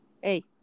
hey